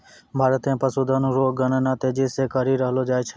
भारत मे पशुधन रो गणना तेजी से करी रहलो जाय छै